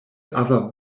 other